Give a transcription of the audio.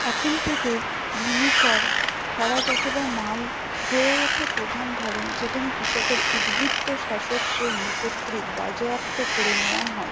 এখন থেকে ভূমি কর খরাজ অথবা মাল হয়ে ওঠে প্রধান ধরন যেখানে কৃষকের উদ্বৃত্ত শাসক শ্রেণী কর্তৃক বাজেয়াপ্ত করে নেওয়া হয়